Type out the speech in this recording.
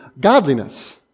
godliness